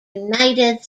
united